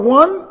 one